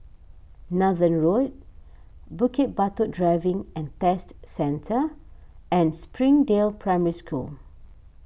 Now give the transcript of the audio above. Nathan Road Bukit Batok Driving and Test Centre and Springdale Primary School